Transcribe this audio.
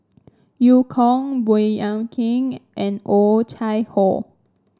Eu Kong Baey Yam Keng and Oh Chai Hoo